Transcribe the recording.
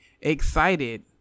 excited